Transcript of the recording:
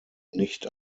nicht